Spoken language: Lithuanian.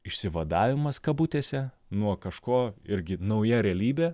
išsivadavimas kabutėse nuo kažko irgi nauja realybė